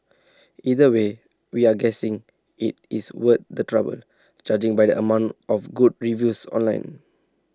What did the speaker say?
either way we're guessing IT is worth the trouble judging by the amount of good reviews online